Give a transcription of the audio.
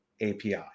API